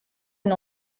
une